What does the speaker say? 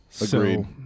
agreed